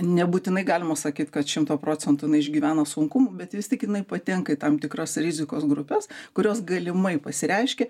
nebūtinai galima sakyt kad šimto procentų jinai išgyvena sunkumų bet vis tik jinai patenka į tam tikras rizikos grupes kurios galimai pasireiškia